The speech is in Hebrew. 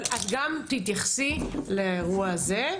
אבל את גם תתייחסי לאירוע הזה.